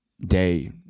day